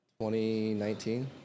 2019